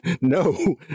No